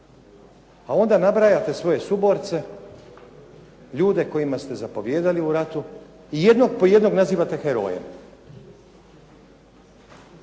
a onda nabrajate svoje suborce, ljude kojima ste zapovijedali u ratu i jednog po jednog nazivate herojem.